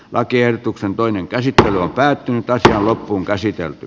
lakiehdotuksen toinen käsittely on päättynyt tai se on loppuunkäsitelty